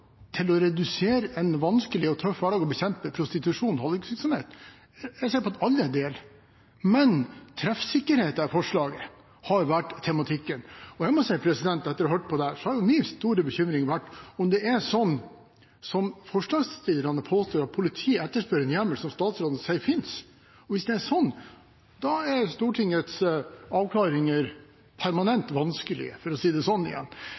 til å redusere en vanskelig og tøff hverdag og bekjempe prostitusjon og hallikvirksomhet er jeg sikker på at alle deler. Men treffsikkerheten i forslaget har vært tematikken. Etter å ha hørt på dette har min store bekymring vært om det er sånn som forslagsstillerne påstår, at politiet etterspør en hjemmel som statsråden sier fins. Hvis det er sånn, er Stortingets avklaringer permanent vanskelige, for å si det sånn.